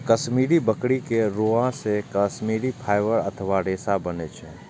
कश्मीरी बकरी के रोआं से कश्मीरी फाइबर अथवा रेशा बनै छै